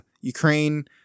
Ukraine